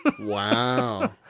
Wow